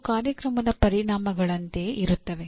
ಇವು ಕಾರ್ಯಕ್ರಮದ ಪರಿಣಾಮಗಳಂತೆಯೇ ಇರುತ್ತವೆ